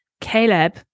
Caleb